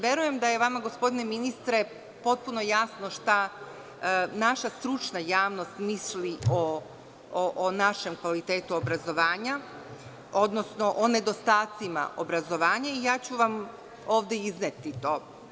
Verujem da je vama, gospodine ministre, potpuno jasno šta naša stručna javnost misli o našem kvalitetu obrazovanja, odnosno o nedostacima obrazovanja i ja ću vam ovde izneti to.